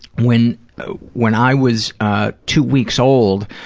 when ah when i was two weeks old,